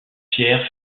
pierre